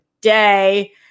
day